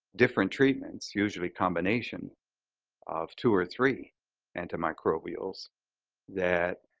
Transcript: different treatments, usually combination of two or three antimicrobials that